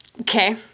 okay